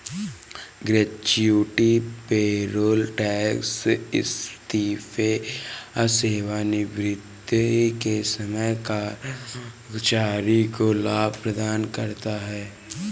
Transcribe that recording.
gratuity payroll tax इस्तीफे या सेवानिवृत्ति के समय कर्मचारी को लाभ प्रदान करता है